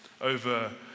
over